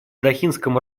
дохинском